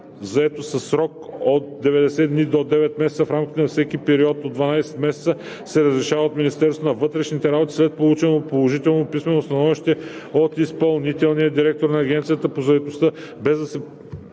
заетост със срок от 90 дни до 9 месеца в рамките на всеки период от 12 месеца се разрешава от Министерството на вътрешните работи след получено положително писмено становище от изпълнителния директор на Агенцията на заетостта, без да се